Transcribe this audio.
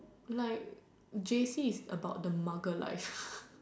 like J_C is about the mugger life